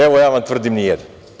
Evo, ja vam tvrdim – ni jedan.